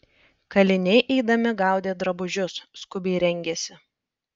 kaliniai eidami gaudė drabužius skubiai rengėsi